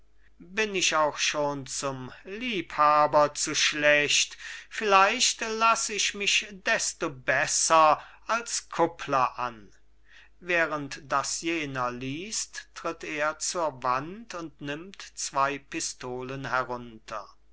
bin ich auch schon zum liebhaber zu schlecht vielleicht lass ich mich desto besser als kuppler an während jener liest tritt er zur wand und nimmt zwei pistolen herunter